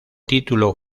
título